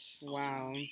wow